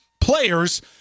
players